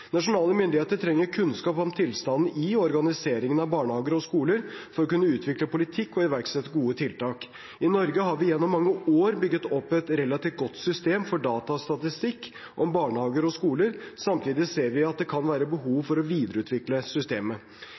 Nasjonale myndigheter trenger kunnskap om tilstanden i og organiseringen av barnehager og skoler for å kunne utvikle politikk og iverksette gode tiltak. I Norge har vi gjennom mange år bygget opp et relativt godt system for datastatistikk om barnehager og skoler. Samtidig ser vi at det kan være behov for å videreutvikle systemet.